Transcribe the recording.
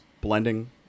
blending